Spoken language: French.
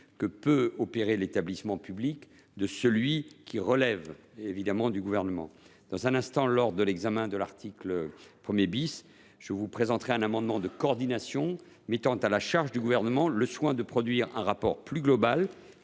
que peut opérer l’établissement public de celui qui relève du Gouvernement. Dans un instant, lors de l’examen de l’article 1, je vous présenterai un amendement de coordination visant à mettre à la charge du Gouvernement le soin de produire un rapport plus global,